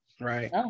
right